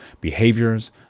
behaviors